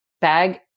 bag